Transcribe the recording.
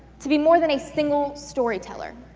to be more than a single storyteller.